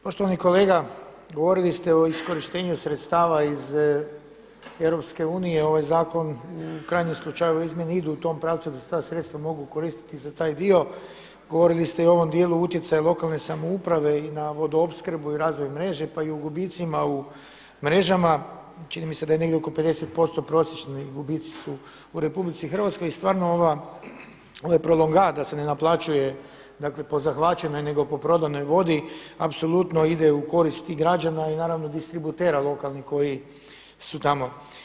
Poštovani kolega, govorili ste o iskorištenju sredstva iz EU, ovaj zakon u krajnjem slučaju izmjene idu u tom pravcu da se ta sredstva mogu koristiti za taj dio, govorili ste i o ovom dijelu utjecaja lokalne samouprave i na vodoopskrbu i razvoj mreže pa o gubicima u mrežama, čini mi se da je negdje oko 50% prosječni gubici su u RH i stvarno ovaj prolongat da se ne naplaćuje po zahvaćenoj nego po prodanoj vodi apsolutno ide u korist i građana i naravno distributera lokalnih koji su tamo.